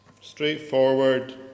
straightforward